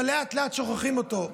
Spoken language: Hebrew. ולאט-לאט שוכחים אותו.